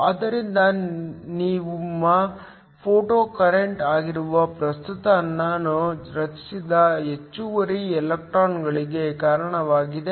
ಆದ್ದರಿಂದ ನಿಮ್ಮ ಫೋಟೊಕರೆಂಟ್ ಆಗಿರುವ ಪ್ರಸ್ತುತ ನಾನು ರಚಿಸಿದ ಹೆಚ್ಚುವರಿ ಎಲೆಕ್ಟ್ರಾನ್ಗಳಿಗೆ ಕಾರಣವಾಗಿದೆ